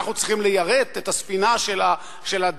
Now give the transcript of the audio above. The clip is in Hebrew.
אנחנו צריכים ליירט את הספינה של הדה-לגיטימציה,